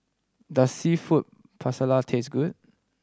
does Seafood Paella taste good